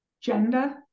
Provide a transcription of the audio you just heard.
gender